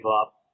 up